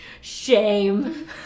Shame